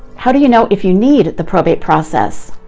how do you know if you need the probate process?